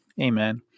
Amen